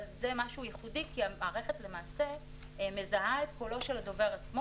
אבל זה משהו ייחודי כי המערכת למעשה מזהה את קולו של הדובר עצמו